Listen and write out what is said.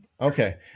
okay